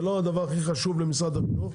זה לא הדבר הכי חשוב למשרד החינוך,